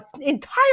entire